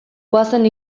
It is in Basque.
goazen